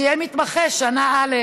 שיהיה מתמחה שנה א'.